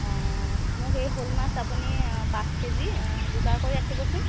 অ মোক এই শ'ল মাছ আপুনি পাঁচ কেজি যোগাৰ কৰি ৰাখিবচোন